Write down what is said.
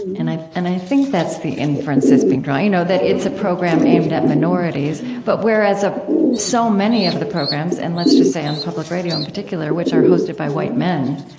and and i think that's the inference that's being drawn, you know, that it's a program aimed at minorities, but whereas a so many of the programs, and let's just say on public radio in particular, which are hosted by white men,